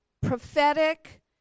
prophetic